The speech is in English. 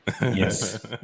Yes